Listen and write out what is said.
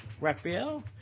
Raphael